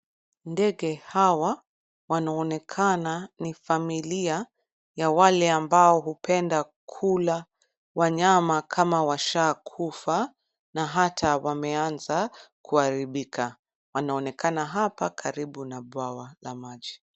Ndege hawa wanaonekana ni familia ya wale ambao hupenda kula wanyama kama washakufa na hata wameanza kuharibika. Wanaonekana hapa karibu na bwawa la maji.